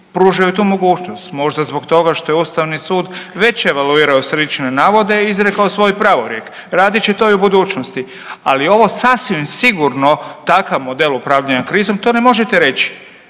pružaju tu mogućnost. Možda zbog toga što je ustavni sud već evaluirao slične navode i izrekao svoj pravorijek, radit će to i u budućnosti, ali ovo je sasvim sigurno takav model upravljanja krizom to ne možete reći